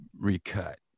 recut